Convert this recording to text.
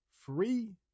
Free